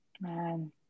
Man